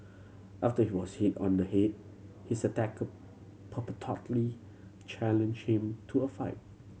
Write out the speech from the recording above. after he was hit on the head his attacker purportedly challenged him to a fight